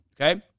Okay